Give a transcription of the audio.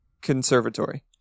Conservatory